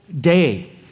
day